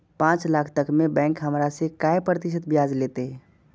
पाँच लाख तक में बैंक हमरा से काय प्रतिशत ब्याज लेते?